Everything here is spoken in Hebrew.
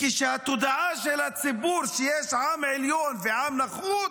וכשהתודעה של הציבור היא שיש עם עליון ועם נחות